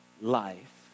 life